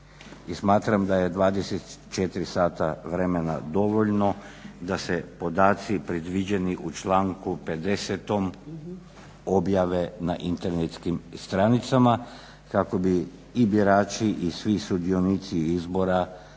smatram da je 24 sata dovoljno da se podaci predviđeni u članku 50.objave na internetskim stranicama kako bi i birači i svi sudionici izbora